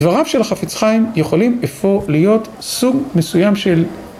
דבריו של החפץ חיים יכולים אפוא להיות סוג מסוים של